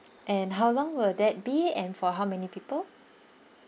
and how long will that be and for how many people